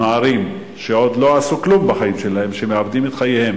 נערים שעוד לא עשו כלום בחיים שלהם מאבדים אותם,